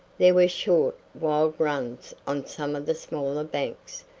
there were short, wild runs on some of the smaller banks,